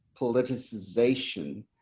politicization